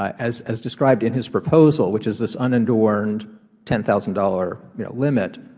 as as described in his proposal, which is this unadorned ten thousand dollars you know limit,